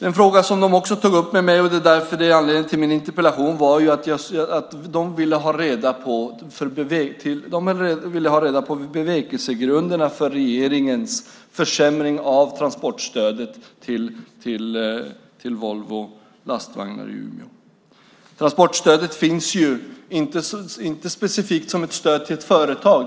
En fråga som de också tog upp med mig, och det är därför jag har ställt min interpellation, var att de ville ha reda på bevekelsegrunderna för regeringens försämring av transportstödet till Volvo Lastvagnar i Umeå. Transportstödet finns inte specifikt som ett stöd till ett företag.